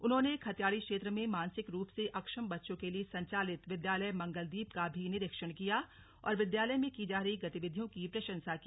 उन्होंने खत्याडी क्षेत्र मे मानसिक रूप से अक्षम बच्चों के लिए संचालित विद्यालय मंगल दीप का भी निरीक्षण किया और विद्यालय में की जा रही गतिविधियो की प्रंशसा की